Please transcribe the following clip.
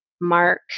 Mark